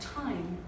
time